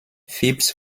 phipps